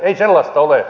ei sellaista ole